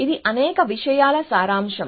ఇది అనేక విషయాల సారాంశం